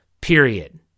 Period